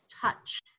touch